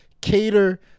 cater